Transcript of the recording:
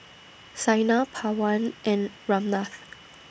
Saina Pawan and Ramnath